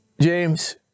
James